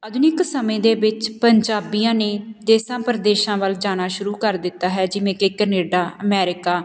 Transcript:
ਆਧੁਨਿਕ ਸਮੇਂ ਦੇ ਵਿੱਚ ਪੰਜਾਬੀਆਂ ਨੇ ਦੇਸਾਂ ਪ੍ਰਦੇਸਾਂ ਵੱਲ ਜਾਣਾ ਸ਼ੁਰੂ ਕਰ ਦਿੱਤਾ ਹੈ ਜਿਵੇਂ ਕਿ ਕਨੇਡਾ ਅਮੈਰੀਕਾ